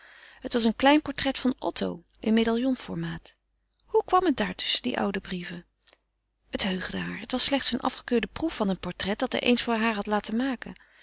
het was een klein portret van otto in medaillon formaat hoe kwam het daar tusschen die oude brieven het heugde haar het was slechts eene afgekeurde proef van een portret dat hij eens voor haar had laten maken